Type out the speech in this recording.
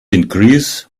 increase